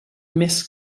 més